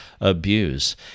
abuse